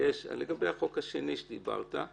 לגבי החוק השני שדיברת.